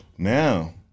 Now